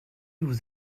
vous